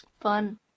Fun